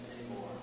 anymore